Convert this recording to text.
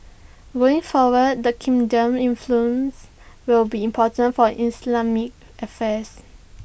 going forward the kingdom's influence will be important for Islamic affairs